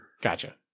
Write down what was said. Gotcha